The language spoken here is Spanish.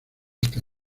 esta